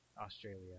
Australia